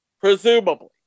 Presumably